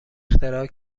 اختراع